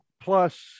plus